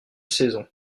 saison